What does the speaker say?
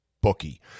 bookie